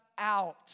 out